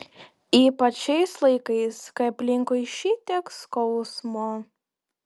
ypač šiais laikais kai aplinkui šitiek skausmo